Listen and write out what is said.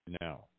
now